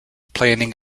planning